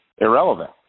irrelevant